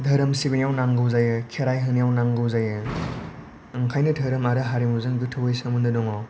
धोरोम सिबिनायाव नांगौ जायो खेराइ होनायाव नांगौ जायो ओंखायनो धोरोम आरो हारिमुजों गोथौवै सोमोन्दो दङ